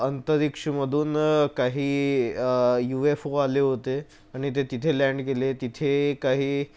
अंतरिक्षामधून काही U F O आले होते आणि ते तिथे लँड केले तिथे काही